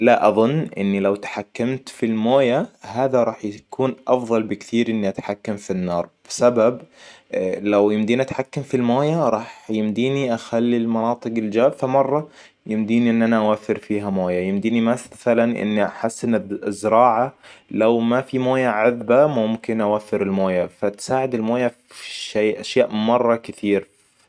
لا اظن إني لو تحكمت في الموية هذا راح يكون أفضل بكثير إني أتحكم في النار. سبب لو يمديني أتحكم في الموية راح يمديني أخلي المناطق الجافة مرة يمديني إن أنا أوفر فيها موية. يمديني مثلاً إني أحسن الزراعة لو ما في مويه عذبة ممكن اوفر الموية فتساعد الموية في - شي أشياء مره كثير